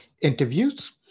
interviews